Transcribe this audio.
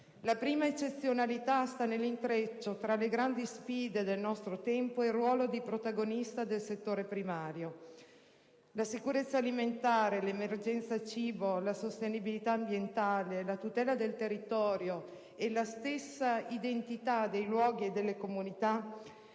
La prima eccezionalità sta nell'intreccio tra le grandi sfide del nostro tempo e il ruolo di protagonista del settore primario: la sicurezza alimentare, l'emergenza cibo, la sostenibilità ambientale, la tutela del territorio e la stessa identità dei luoghi e delle comunità